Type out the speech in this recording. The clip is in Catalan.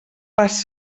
pas